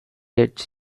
its